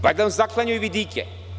Valjda vam zaklanjaju vidike.